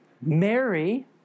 Mary